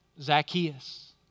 Zacchaeus